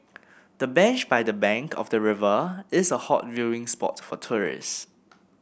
the bench by the bank of the river is a hot viewing spot for tourists